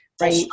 Right